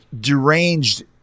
deranged